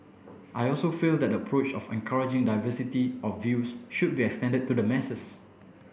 I also feel that the approach of encouraging diversity of views should be extended to the masses